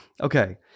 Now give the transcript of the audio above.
Okay